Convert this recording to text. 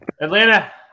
Atlanta